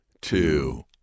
two